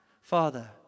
Father